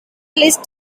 list